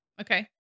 Okay